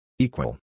Equal